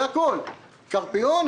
זה הכול: קרפיון,